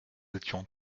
étions